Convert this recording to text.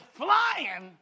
flying